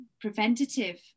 preventative